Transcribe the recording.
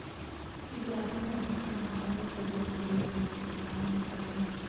बियासी ल धान ह बने सजोर होही कइके किसान मन करथे